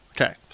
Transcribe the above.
Okay